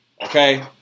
Okay